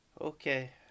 Okay